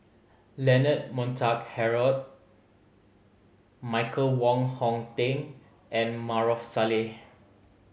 Leonard Montague Harrod Michael Wong Hong Teng and Maarof Salleh